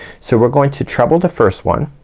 so we're going to treble the first one.